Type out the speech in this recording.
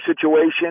situation –